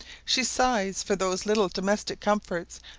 she sighs for those little domestic comforts,